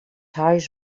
huis